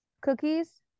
Cookies